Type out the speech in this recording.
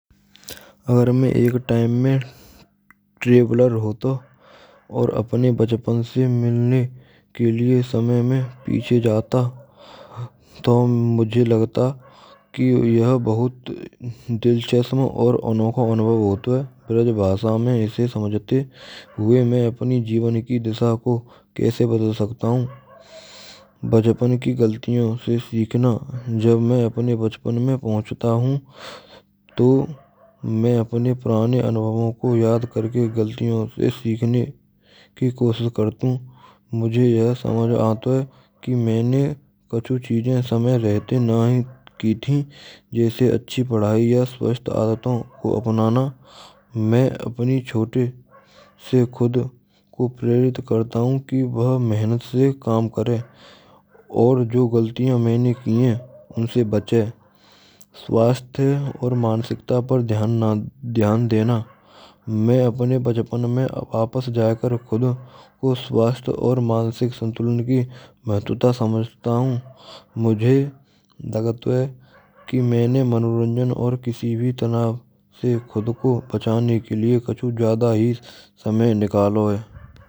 Agar main ek time mein ek traveller hota aur bachpan se milne ke liye samay mein piche jata to mujhe lagta ki yha bahut dilchusam aur anokha anubhav hota hai. Braj bhasha mein ise samajhte hue main apni jivan ki disha ko kaise badal sakta hun. Bachpan ki galtiyon se sikhana jab main apne bachpan mein pahunchta hun to main apne purane anubhavon ko yad karke galtiyon se sikhane ki koshish kartu hu. Mujhe yah samajh ato ki maine kuchu chijen samay rahte na hi ki thi jaise acchi padhaai ya swasth aadaton ko apnana main apni chhote se khud ko prerit karta hun ki vah mehnat se kam karen aur jo galtiyan maine ki ha unse bache. Swasthya aur mansikta per dhyan na dhyan dena main apne bachpan mein wapas jakar khud us vastu aur mansik santulan ki mahatvata samajhta hun. Mujhe dagad to hai ki maine manoranjan aur kisi bhi tanav se khud ko bachane ke liye kuchh jyada hi samay nikaalo hai.